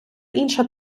інша